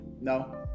No